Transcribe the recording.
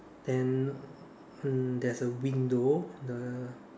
then uh there's a window the